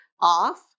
off